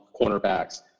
cornerbacks